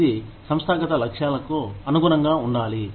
ఇది సంస్థాగత లక్ష్యాలకు అనుగుణంగా ఉండాలి